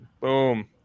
Boom